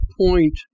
point